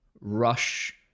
rush